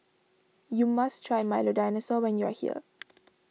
you must try Milo Dinosaur when you are here